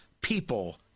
people